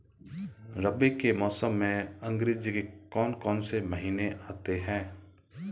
रबी के मौसम में अंग्रेज़ी के कौन कौनसे महीने आते हैं?